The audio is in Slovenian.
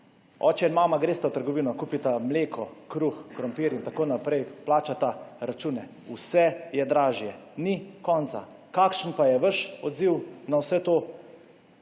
Oče in mama gresta v trgovino, kupita mleko, kruh, krompir in tako naprej, plačata račune. Vse je dražje, ni konca. Kakšen pa je vaš odziv na vse to?